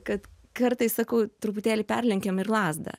kad kartais sakau truputėlį perlenkiam ir lazdą